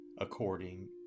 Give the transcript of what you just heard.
according